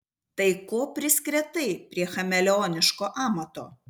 tai ko priskretai prie chameleoniško amato